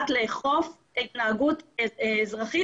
מוצלחת שחוויתי בשנה הזאת,